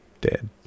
Dead